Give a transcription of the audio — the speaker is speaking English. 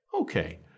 Okay